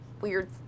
weird